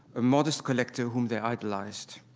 a modest collector whom they idolized.